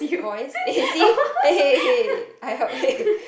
voice A_C I help